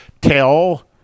tell